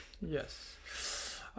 yes